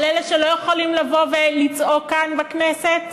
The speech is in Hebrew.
על אלה שלא יכולים לבוא ולצעוק כאן בכנסת?